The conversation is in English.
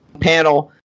panel